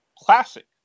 classic